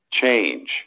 change